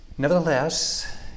Nevertheless